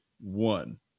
one